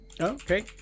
Okay